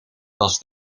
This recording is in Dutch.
was